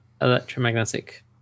electromagnetic